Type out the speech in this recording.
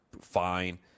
fine